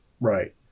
Right